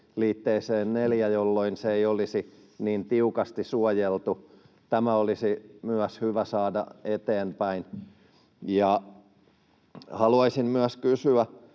liitteeseen neljä, jolloin se ei olisi niin tiukasti suojeltu. Tämä olisi myös hyvä saada eteenpäin. Haluaisin myös kysyä